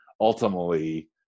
ultimately